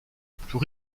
plus